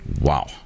Wow